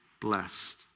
blessed